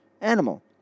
animal